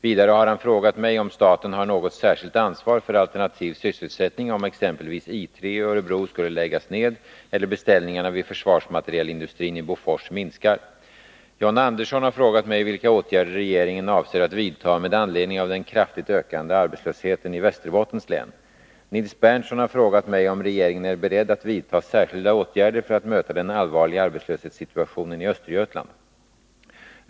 Vidare har han frågat mig om staten har något särskilt ansvar för alternativ sysselsättning om exempelvis I3 i Örebro skulle läggas ned eller beställningarna vid försvarsmaterielindustrin i Bofors minskar. Nils Berndtson har frågat mig om regeringen är beredd att vidta särskilda åtgärder för att möta den allvarliga arbetslöshetssituationen i Östergötland.